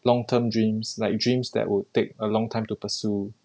long term dreams like dreams that would take a long time to pursue